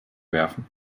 werfen